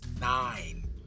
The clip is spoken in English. nine